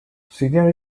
senior